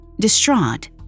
Distraught